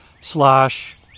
slash